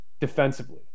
defensively